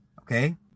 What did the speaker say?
Okay